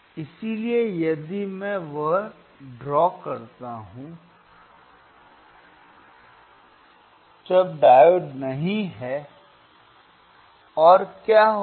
इसलिए यदि मैं वह ड्रा करता हूं जब डायोड नहीं है और क्या होगा